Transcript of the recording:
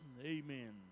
Amen